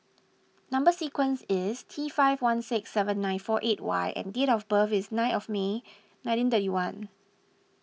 Number Sequence is T five one six seven nine four eight Y and date of birth is nine of May nineteen thirty one